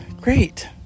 Great